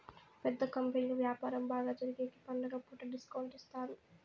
పెద్ద కంపెనీలు వ్యాపారం బాగా జరిగేగికి పండుగ పూట డిస్కౌంట్ ఇత్తారు